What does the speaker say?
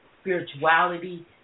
spirituality